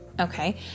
Okay